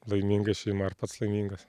laiminga šeima ir pats laimingas